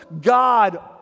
God